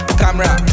camera